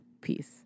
Peace